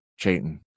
Chayton